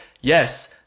yes